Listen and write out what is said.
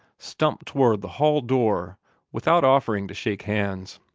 stumped toward the hall-door without offering to shake hands.